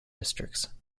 districts